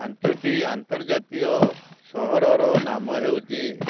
ପାଞ୍ଚ ଟି ଆନ୍ତର୍ଜାତୀୟ ସହରର ନାମ ହେଉଛି